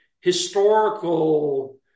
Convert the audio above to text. historical